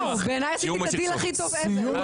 בעיניי עשיתי את הדיל הכי טוב ever...